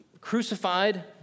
crucified